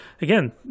again